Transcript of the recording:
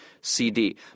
CD